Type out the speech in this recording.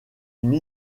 une